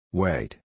Wait